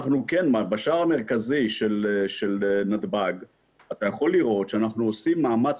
בשער המרכזי של נתב"ג אתה יכול לראות שאנחנו עושים מאמץ